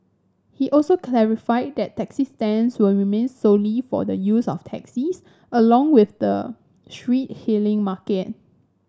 he also clarified that taxi stands will remain solely for the use of taxis along with the street hailing market